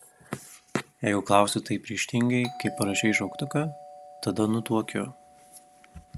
jeigu klausi taip ryžtingai kaip parašei šauktuką tada nutuokiu